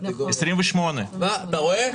28. אתה רואה?